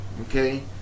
Okay